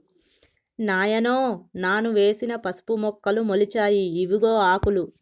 నాయనో నాను వేసిన పసుపు మొక్కలు మొలిచాయి ఇవిగో ఆకులు